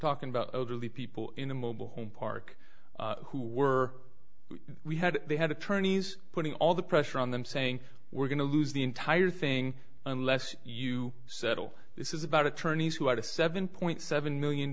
talking about really people in the mobile home park who were we had they had attorneys putting all the pressure on them saying we're going to lose the entire thing unless you settle this is about attorneys who had a seven point seven million